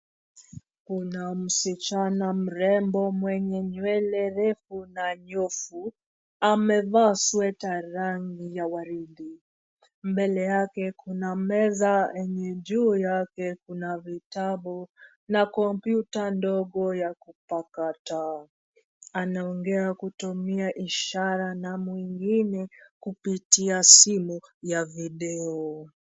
Kuna msichana mrembo mwenye nywele refu na nyoofu; amevaa sweta rangi ya waridi. Mbele yake kuna meza enye juu yake kuna vitabu na kompyuta ndogo ya kupakata. Anaongea kutumia ishara na mwingine kupitia simu ya video.